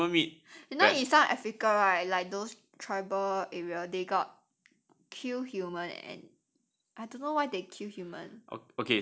you know in some africa right like those tribal area they got kill human and I don't know why they kill